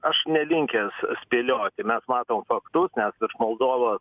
aš nelinkęs spėlioti mes matom faktus nes iš moldovos